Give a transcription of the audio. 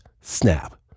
snap